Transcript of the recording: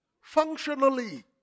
functionally